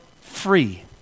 free